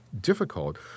difficult